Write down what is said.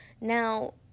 Now